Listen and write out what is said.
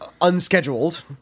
unscheduled